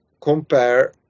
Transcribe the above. compare